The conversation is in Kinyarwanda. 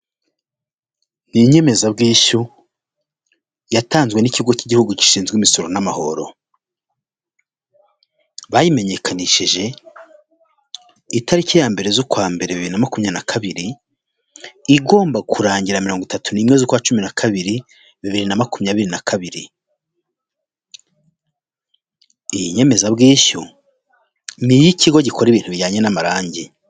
Ni inyemezabwishyu, yatanzwe n'ikigo cy'igihugu gishinzwe imisoro n'amahoro, bayimenyekanishije itariki ya mbere z'ukwambere bibiri na makumyabiri na kabiri, igomba kurangira mirongo itatu n'imwe z'ukwa cumi na kabiri bibiri na makumyabiri na kabiri, iyi nyemezabwishyu ni iy'ikigo gikora ibintu bijyanye n'amarangi.